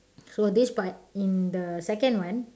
so this part in the second one